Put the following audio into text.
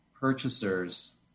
purchasers